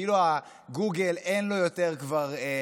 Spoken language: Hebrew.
כאילו לגוגל אין יותר זיכרון.